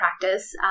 practice